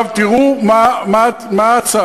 תראו מה ההצעה.